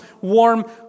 warm